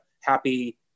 happy